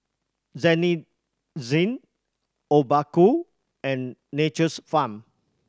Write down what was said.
Denizen Obaku and Nature's Farm